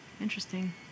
interesting